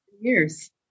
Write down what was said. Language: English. Years